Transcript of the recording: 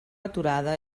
aturada